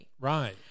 Right